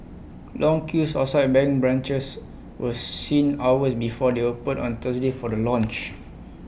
long queues outside bank branches were seen hours before they opened on Thursday for the launch